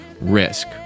risk